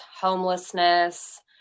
homelessness